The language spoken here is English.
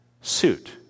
suit